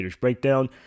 Breakdown